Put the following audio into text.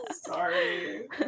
Sorry